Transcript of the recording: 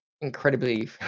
incredibly